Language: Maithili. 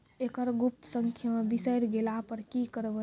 एकरऽ गुप्त संख्या बिसैर गेला पर की करवै?